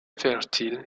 fertile